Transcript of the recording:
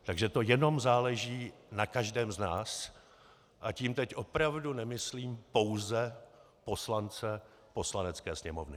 Takže to jenom záleží na každém z nás a tím teď opravdu nemyslím pouze poslance Poslanecké sněmovny.